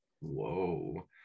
Whoa